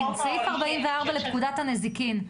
סעיף 44 לפקודת הנזקין,